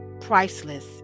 priceless